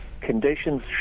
conditions